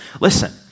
Listen